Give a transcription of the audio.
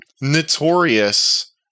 notorious